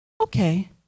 okay